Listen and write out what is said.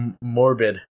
morbid